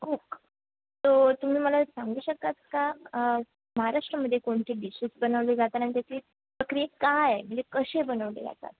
हो तुम्ही मला सांगू शकता का महाराष्ट्रामध्ये कोणते डिशेस बनवले जातात आणि त्याची प्रक्रिया काय आहे म्हणजे कसे बनवले जातात